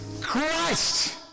christ